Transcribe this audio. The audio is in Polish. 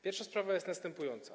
Pierwsza sprawa jest następująca.